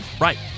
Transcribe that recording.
Right